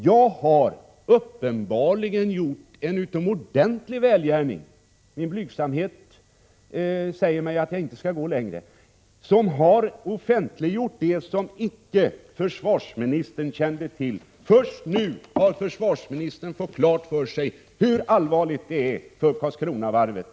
Jag har uppenbarligen gjort en utomordentligt stor välgärning — min blygsamhet säger mig att jag inte skall gå längre — som har offentliggjort det som försvarsministern icke kände till. Först nu har försvarsministern fått klart för sig hur allvarlig situationen är för Karlskronavarvet.